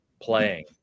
playing